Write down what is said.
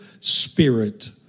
spirit